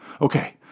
Okay